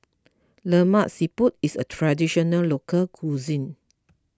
Lemak Siput is a Traditional Local Cuisine